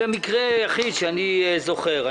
זה מקרה יחיד שאני זוכר.